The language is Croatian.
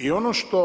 I ono što